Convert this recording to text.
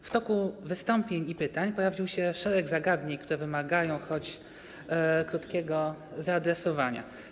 W toku wystąpień i pytań pojawiło się szereg zagadnień, które wymagają choć krótkiego zaadresowania.